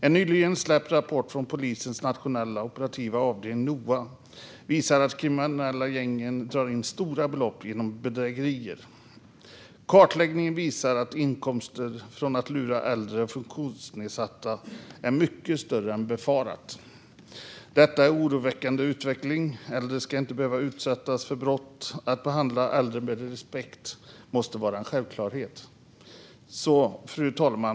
En nyligen släppt rapport från polisens nationella operativa avdelning, Noa, visar att de kriminella gängen drar in stora belopp genom bedrägerier. Kartläggningen visar att inkomsterna från att lura äldre och funktionsnedsatta är mycket större än befarat. Detta är en oroväckande utveckling. Äldre ska inte behöva utsättas för brott. Att behandla äldre med respekt måste vara en självklarhet. Fru talman!